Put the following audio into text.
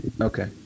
Okay